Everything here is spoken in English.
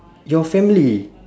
your family